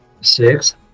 Six